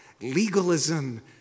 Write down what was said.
legalism